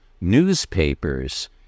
Newspapers